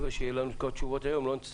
אני מקווה שיהיו לנו את כל התשובות היום ולא